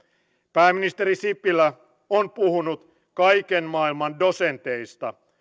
pääministeri sipilä on puhunut kaiken maailman dosenteista